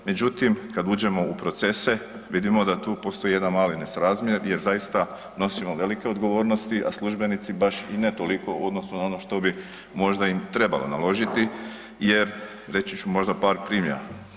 Međutim, kad uđemo u procese vidimo da tu postoji jedan mali nesrazmjer jer zaista nosimo velike odgovornosti, a službenici baš i ne toliko u odnosu na ono što bi možda im trebalo naložiti jer reći ću možda par primjera.